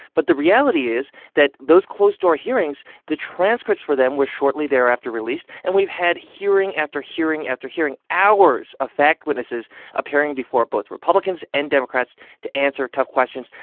but the reality is that those closed-door hearings, the transcripts for them were shortly thereafter released. and we've had hearing after hearing after hearing, hours of fact witnesses appearing before both republicans and democrats to answer tough questions.